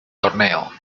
torneo